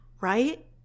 right